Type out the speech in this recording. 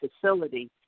facility